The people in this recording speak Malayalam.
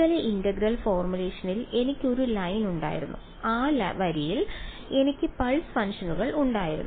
ഉപരിതല ഇന്റഗ്രൽ ഫോർമുലേഷനിൽ എനിക്ക് ഒരു ലൈൻ ഉണ്ടായിരുന്നു ആ വരിയിൽ എനിക്ക് പൾസ് ഫംഗ്ഷനുകൾ ഉണ്ടായിരുന്നു